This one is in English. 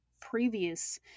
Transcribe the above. previous